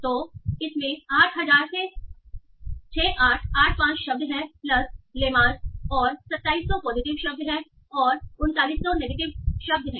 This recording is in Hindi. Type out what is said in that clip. तो इसमें 8000 से 6885 शब्द हैं प्लस लेमा और 2700 पॉजिटिव हैं और 4900 नेगेटिव हैं